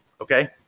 okay